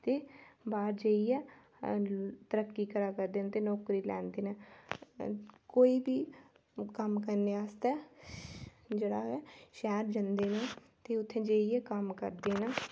ते बाह्र जाइयै तरक्की करा करदे न ते नौकरी लैंदे न कोई बी कम्म करने आस्तै जेह्ड़ा गै शैह्र जंदे न ते उत्थै जाइयै कम्म करदे न